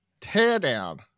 Teardown